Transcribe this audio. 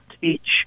teach